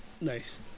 Nice